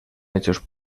hechos